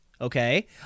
okay